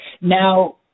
Now